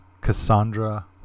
Cassandra